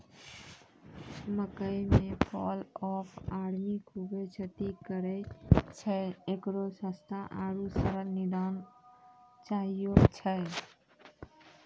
मकई मे fall of army खूबे क्षति करेय छैय, इकरो सस्ता आरु सरल निदान चाहियो छैय?